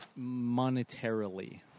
Monetarily